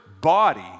body